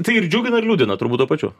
tai ir džiugina ir liūdina turbūt tuo pačiu